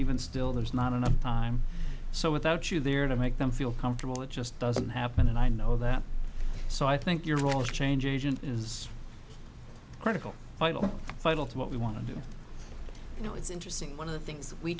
even still there's not enough time so without you there to make them feel comfortable it just doesn't happen and i know that so i think your role as a change agent is critical final final to what we want to do you know it's interesting one of the things we